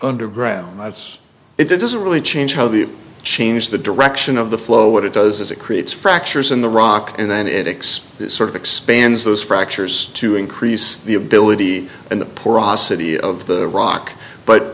underground that's it doesn't really change how the change the direction of the flow what it does is it creates fractures in the rock and then it expands sort of expands those fractures to increase the ability and the porosity of the rock but